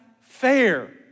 fair